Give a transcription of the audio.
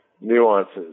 nuances